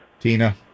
Tina